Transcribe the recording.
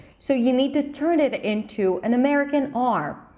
so you need to turn it into an american r.